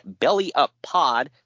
BELLYUPPOD